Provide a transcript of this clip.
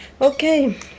Okay